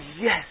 yes